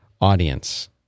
audience